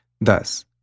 Thus